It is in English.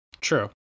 True